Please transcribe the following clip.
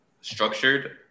Structured